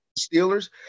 Steelers